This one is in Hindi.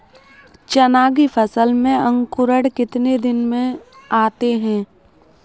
चना की फसल में अंकुरण कितने दिन में आते हैं?